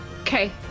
Okay